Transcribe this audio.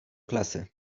klasy